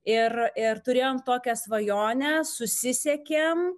ir turėjome tokią svajonę susisiekėme